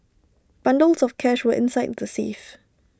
bundles of cash were inside the safe